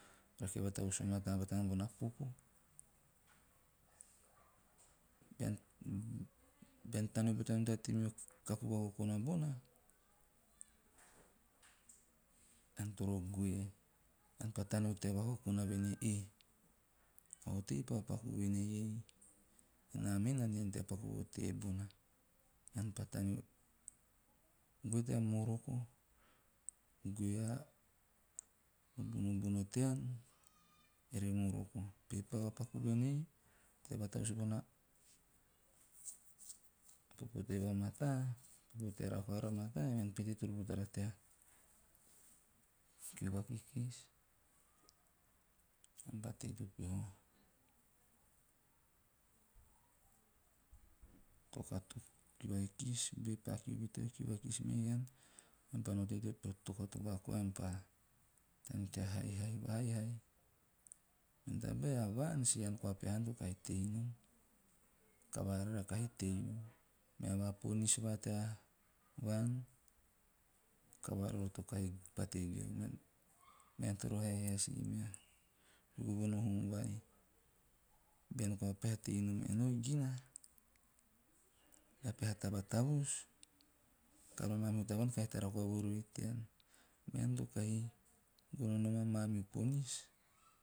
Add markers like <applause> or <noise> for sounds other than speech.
Rake vatavus va mataa batana bona popo bean taneo pete nom tea tei meo kaku vakokona bona ean toro goe. Ean pa toneo tea vakokona voen ei, "eh, a otei pa paku voen ei, naa me na ante nom tea paku vo tebona," ean pa taneo. Goe tea moroko, goe ol bunobuno tean ere moroko. Be pa tapaku voen ei, ore pa va tavus bona popo teve a mataa, a popo teara vakavara a mataa, ean peto toro butata tea kiu vakikis, ean pa tei teo, peha tokatoka vai <unintelligible> eam pa no tei tea peha tokatoka koa ean pa taneo tea haihai. Mena maa ponis va tea vaan, kavara raara to kahi pate gae u. Mean toro haihai a si meha, suku bono hum vai, bean koa peha tei nom enoi gina, bea peha taba tavus, kavara na mamihu tayaan kahi tara vonom tean. Ean to kahi gono nom mani ponis.